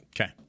Okay